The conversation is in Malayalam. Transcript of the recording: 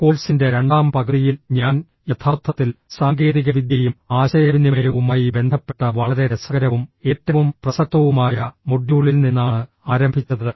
കോഴ്സിന്റെ രണ്ടാം പകുതിയിൽ ഞാൻ യഥാർത്ഥത്തിൽ സാങ്കേതികവിദ്യയും ആശയവിനിമയവുമായി ബന്ധപ്പെട്ട വളരെ രസകരവും ഏറ്റവും പ്രസക്തവുമായ മൊഡ്യൂളിൽ നിന്നാണ് ആരംഭിച്ചത്